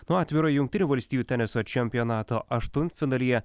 na o atviro jungtinių valstijų teniso čempionato aštuntfinalyje